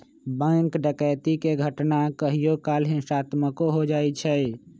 bank डकैती के घटना कहियो काल हिंसात्मको हो जाइ छइ